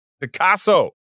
Picasso